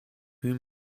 whom